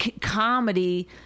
comedy